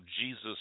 Jesus